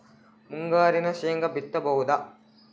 ಮುಂಗಾರಿನಾಗ ಶೇಂಗಾ ಬಿತ್ತಬಹುದಾ?